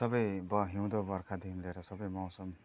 सबै ब हिउँदो बर्खादेखि लिएर सबै मौसम